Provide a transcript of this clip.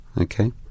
Okay